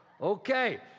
Okay